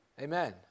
Amen